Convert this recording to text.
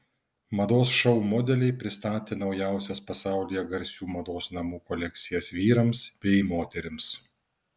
mados šou modeliai pristatė naujausias pasaulyje garsių mados namų kolekcijas vyrams bei moterims